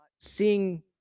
seeing